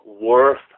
worth